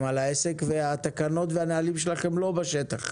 על העסק והתקנות והנהלים שלכם לא בשטח.